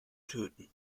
töten